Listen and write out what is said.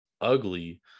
ugly